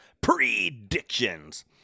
predictions